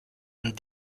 and